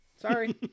Sorry